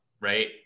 right